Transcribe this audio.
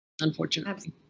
unfortunately